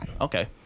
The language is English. Okay